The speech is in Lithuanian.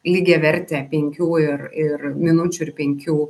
lygiavertė penkių ir ir minučių ir penkių